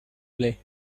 play